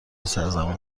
سرزمین